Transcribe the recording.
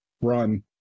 Run